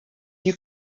you